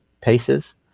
paces